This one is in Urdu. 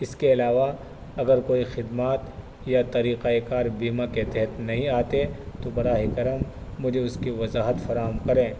اس کے علاوہ اگر کوئی خدمات یا طریقۂ کار بیمہ کے تحت نہیں آتے تو براہ کرم مجھے اس کی وضاحت فراہم کریں